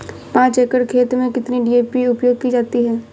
पाँच एकड़ खेत में कितनी डी.ए.पी उपयोग की जाती है?